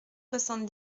soixante